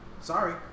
Sorry